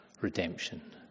redemption